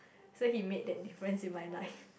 so he made that difference in my life